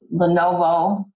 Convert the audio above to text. Lenovo